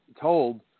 told